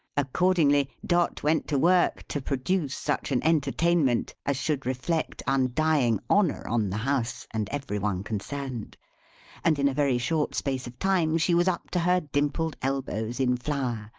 accordingly, dot went to work to produce such an entertainment, as should reflect undying honour on the house and every one concerned and in a very short space of time, she was up to her dimpled elbows in flour,